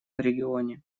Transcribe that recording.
регионе